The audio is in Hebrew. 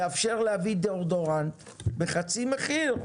יאפשר להביא דיאודורנט בחצי מחיר.